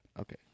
Okay